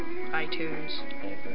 iTunes